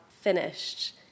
finished